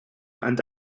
and